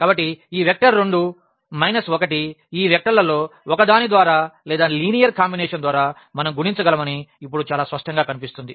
కాబట్టి ఈ vector 2 minus 1 ఈ వెక్టర్లలో ఒకదాని ద్వారా లేదా లీనియర్ కాంబినేషన్ ద్వారా మనం గుణించగలమని ఇప్పుడు చాలా స్పష్టంగా కనిపిస్తుంది